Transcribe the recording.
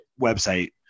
website